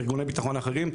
ארגוני ביטחון אחרים,